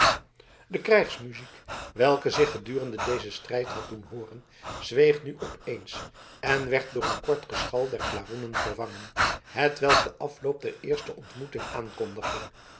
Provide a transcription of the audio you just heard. de krijgsmuziek welke zich gedurende dezen strijd had doen hooren zweeg nu op eens en werd door een kort geschal der klaroenen vervangen hetwelk den afloop der eerste ontmoeting aankondigde